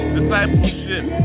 Discipleship